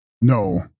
No